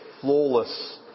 flawless